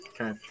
Okay